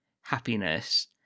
happiness